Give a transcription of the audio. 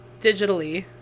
digitally